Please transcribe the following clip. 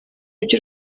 ibyo